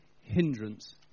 hindrance